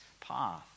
path